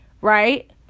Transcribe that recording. Right